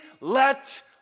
let